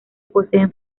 posee